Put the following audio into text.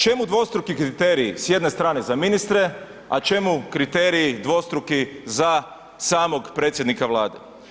Čemu dvostruki kriteriji s jedne strane za ministre, a čemu kriteriji dvostruki za samog predsjednika Vlade?